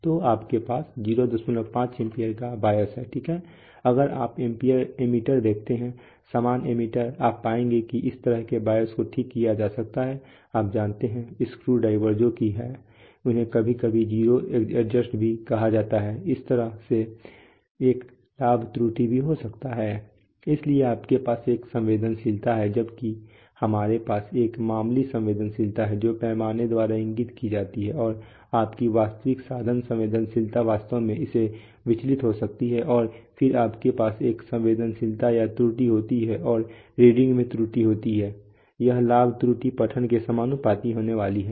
तो आपके पास 05 एम्पीयर का बायस है ठीक है अगर आप एमीटर देखते हैं सामान्य एमीटर आप पाएंगे कि इस तरह के बायस को ठीक किया जा सकता है आप जानते हैं स्क्रूड्राइवर्स जो कि हैं उन्हें कभी कभी जीरो एडजस्ट भी कहा जाता है इसी तरह से एक लाभ त्रुटि भी हो सकती है इसलिए आपके पास एक संवेदनशीलता है जबकि हमारे पास एक मामूली संवेदनशीलता है जो पैमाने द्वारा इंगित की जाती है और आपकी वास्तविक साधन संवेदनशीलता वास्तव में उससे विचलित हो सकती है और फिर आपके पास एक संवेदनशीलता या त्रुटि होती है और रीडिंग में त्रुटि होती है यह लाभ त्रुटि पठन के समानुपाती होने वाली है